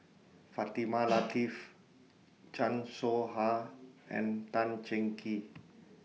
Fatimah Lateef Chan Soh Ha and Tan Cheng Kee